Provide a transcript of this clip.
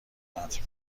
عطر